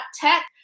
tech